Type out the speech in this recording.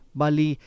bali